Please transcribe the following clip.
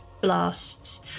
Blasts